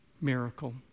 miracle